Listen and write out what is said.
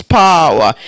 power